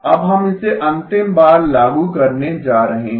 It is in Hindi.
अब हम इसे अंतिम बार लागू करने जा रहे हैं